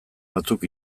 batzuk